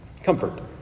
Comfort